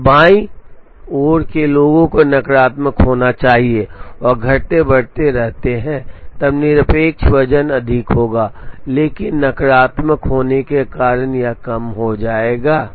और बाईं ओर के लोगों को नकारात्मक होना चाहिए और घटते बढ़ते रहते हैं तब निरपेक्ष वजन अधिक होगा लेकिन नकारात्मक होने के कारण यह कम हो जाएगा